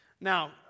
Now